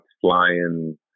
flying